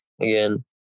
again